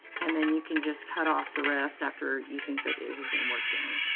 and then you can just cut off the rest after you think that it has been worked in.